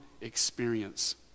experience